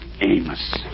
Amos